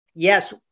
Yes